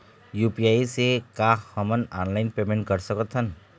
UPI से का हमन ऑनलाइन पेमेंट कर सकत हन?